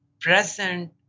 present